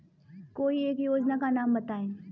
कोई एक योजना का नाम बताएँ?